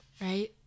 right